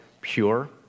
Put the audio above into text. pure